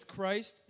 Christ